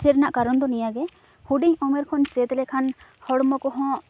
ᱪᱮᱫ ᱨᱮᱱᱟᱜ ᱠᱟᱨᱚᱱ ᱫᱚ ᱱᱤᱣᱟᱹᱜᱮ ᱦᱩᱰᱤᱝ ᱩᱢᱮᱨ ᱠᱷᱚᱱ ᱪᱮᱫ ᱞᱮᱠᱷᱟᱱ ᱦᱚᱲᱢᱚ ᱠᱚᱦᱚᱸ